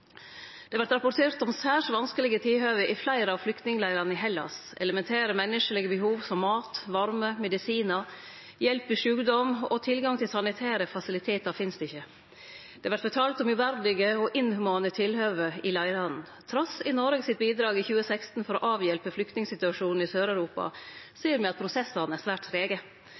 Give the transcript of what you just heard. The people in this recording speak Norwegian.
rapportert om særs vanskelege tilhøve i fleire av flyktningleirane i Hellas. Elementære menneskelege behov som mat, varme, medisinar, hjelp ved sjukdom og tilgang til sanitære fasilitetar finst ikkje. Det vert fortalt om uverdige og inhumane tilhøve i leirane. Trass i Noreg sitt bidrag i 2016 for å avhjelpe flyktningsituasjonen i Sør-Europa ser me at prosessane er svært trege.